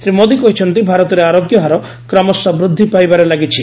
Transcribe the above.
ଶ୍ରୀ ମୋଦି କହିଛନ୍ତି ଭାରତରେ ଆରୋଗ୍ୟ ହାର କ୍ରମଶଃ ବୃଦ୍ଧି ପାଇବାରେ ଲାଗିଛି